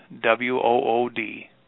W-O-O-D